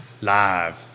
Live